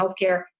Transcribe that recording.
healthcare